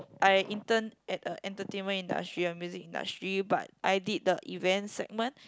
I intern at a entertainment industry music industry but I did the event segment